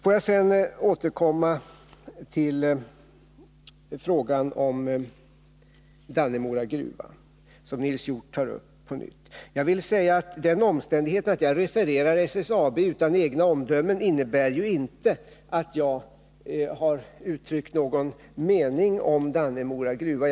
Får jag sedan återkomma till frågan om Dannemora gruva, som Nils Hjorth tar upp på nytt. Jag vill säga att den omständigheten att jag refererar SSAB utan egna omdömen inte innebär att jag har uttryckt någon mening om Dannemora gruva.